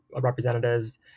representatives